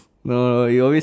no no you always